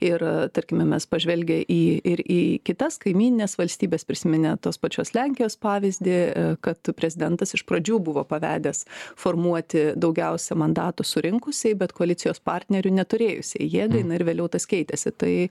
ir tarkime mes pažvelgę į ir į kitas kaimynines valstybes prisiminę tos pačios lenkijos pavyzdį kad prezidentas iš pradžių buvo pavedęs formuoti daugiausia mandatų surinkusiai bet koalicijos partnerių neturėjusiai jėgai na ir vėliau tas keitėsi tai